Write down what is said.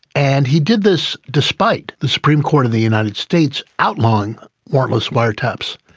and he did this despite the supreme court of the united states outlawing warrantless wiretaps.